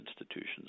institutions